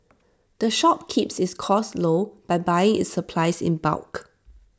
the shop keeps its costs low by buying its supplies in bulk